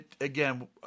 Again